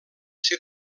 ser